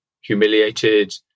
humiliated